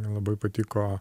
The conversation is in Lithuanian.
labai patiko